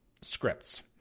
scripts